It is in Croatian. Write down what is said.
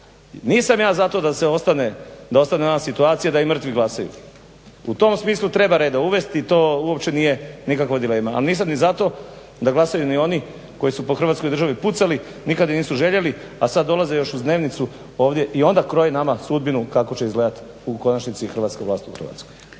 Nisam ja za to da ostane ona situacija da i mrtvi glasuju. U tom smislu treba reda uvesti i to uopće nije nikakva dilema. Ali nisam ni za to da glasaju ni oni koji su po Hrvatskoj državi pucali, nikad je nisu željeli, a sad dolaze još uz dnevnicu ovdje i onda kroje nama sudbinu kako će izgledat u konačnici hrvatska vlast u Hrvatskoj.